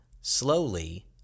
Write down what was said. slowly